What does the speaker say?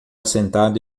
sentada